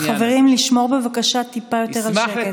חברים, לשמור בבקשה טיפה יותר על שקט.